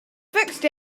fixed